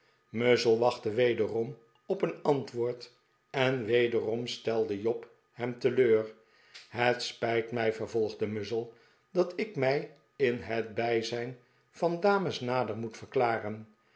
muzzle wachtte wederom op een antwoord en wederom stelde job hem teleur het spijt mij vervolgde muzzle dat ik mij in het bijzijn van dames nader moet verklaren